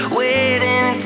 waiting